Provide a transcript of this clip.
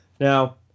Now